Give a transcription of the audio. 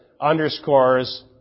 underscores